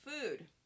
food